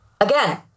Again